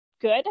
good